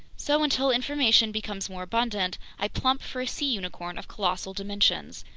so, until information becomes more abundant, i plump for a sea unicorn of colossal dimensions,